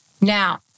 Now